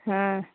हाँ